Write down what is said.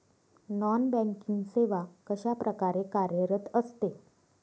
Non banking सेवा कशाप्रकारे कार्यरत असते?